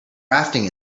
rafting